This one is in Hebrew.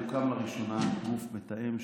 יוקם לראשונה גוף מתאם,